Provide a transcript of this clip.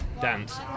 Dance